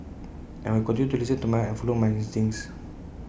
and I will continue to listen to my heart and follow my instincts